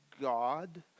God